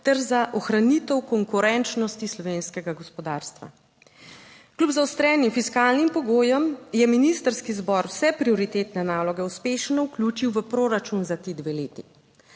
ter za ohranitev konkurenčnosti slovenskega gospodarstva. Kljub zaostrenim fiskalnim pogojem je ministrski zbor vse prioritetne naloge uspešno vključil v proračun za ti dve leti,